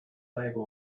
label